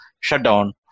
shutdown